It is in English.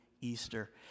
Easter